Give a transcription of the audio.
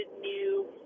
new